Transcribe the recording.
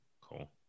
Cool